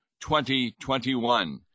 2021